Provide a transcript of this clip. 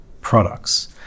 products